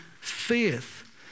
faith